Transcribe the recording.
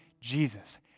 Jesus